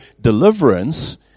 deliverance